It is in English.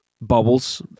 bubbles